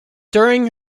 during